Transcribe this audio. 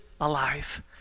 alive